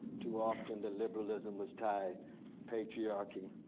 too often the liberalism was tied patriarchy,